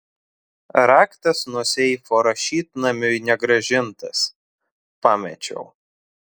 raktas nuo seifo rašytnamiui negrąžintas pamečiau